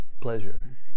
pleasure